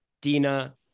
Dina